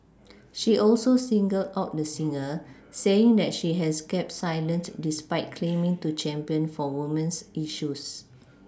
she also singled out the singer saying that she has kept silent despite claiming to champion for women's issues